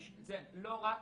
זה לא רק.